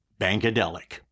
Bankadelic